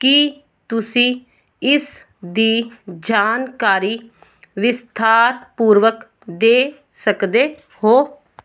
ਕੀ ਤੁਸੀਂ ਇਸ ਦੀ ਜਾਣਕਾਰੀ ਵਿਸਥਾਰਪੂਰਵਕ ਦੇ ਸਕਦੇ ਹੋ